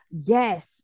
Yes